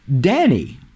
Danny